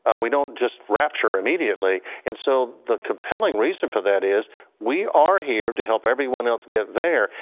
ah we don't just rapture immediately and so the compelling reason for that is we are here to help everyone else get there.